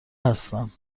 هستم